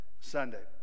sunday